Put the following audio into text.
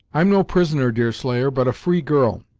i'm no prisoner, deerslayer, but a free girl,